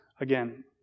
again